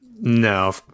No